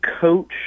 coach